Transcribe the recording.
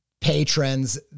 patrons